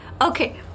Okay